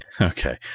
Okay